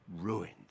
ruined